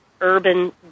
urban